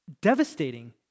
devastating